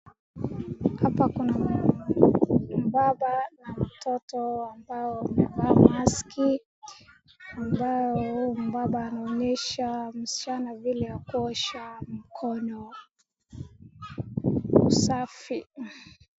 Hapa kuna baba na mtoto ambao wamevaa maski ambao huyu baba anaonyesha msichana vile ya kuosha mkono, usafi.